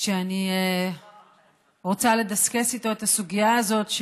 כשאני רוצה לדסקס איתו את הסוגיה הזאת,